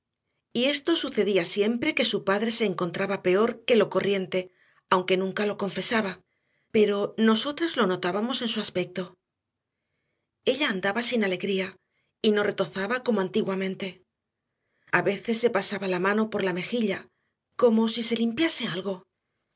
humor y esto sucedía siempre que su padre se encontraba peor que lo corriente aunque nunca nos lo confesaba pero nosotras lo notábamos en su aspecto ella andaba sin alegría y no retozaba como antiguamente a veces se pasaba la mano por la mejilla como si se limpiase algo